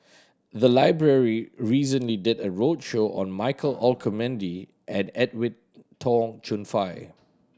the library recently did a roadshow on Michael Olcomendy and Edwin Tong Chun Fai